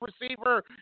receiver